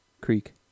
Creek